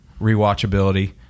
rewatchability